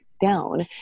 down